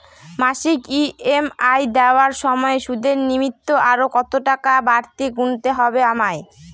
মাসিক ই.এম.আই দেওয়ার সময়ে সুদের নিমিত্ত আরো কতটাকা বাড়তি গুণতে হবে আমায়?